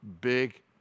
big